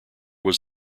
was